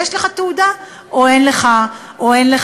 יש לך תעודה או אין לך תעודה.